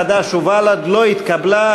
חד"ש ובל"ד לא התקבלה.